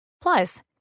Plus